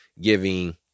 giving